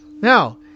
Now